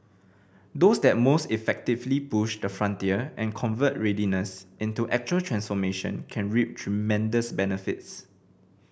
those that most effectively push the frontier and convert readiness into actual transformation can reap tremendous benefits